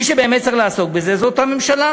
מי שבאמת צריך לעסוק בזה זאת הממשלה,